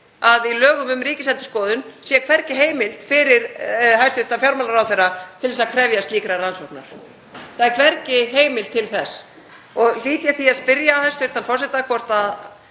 að í lögum um Ríkisendurskoðun sé hvergi heimild fyrir hæstv. fjármálaráðherra til að krefjast slíkrar rannsóknar. Það er hvergi heimild til þess. Ég hlýt því að spyrja hæstv. forseta hvort